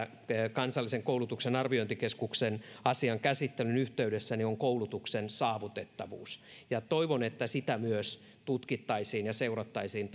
kansallisen koulutuksen arviointikeskuksen asian käsittelyn yhteydessä on koulutuksen saavutettavuus ja toivon että sitä myös tutkittaisiin ja seurattaisiin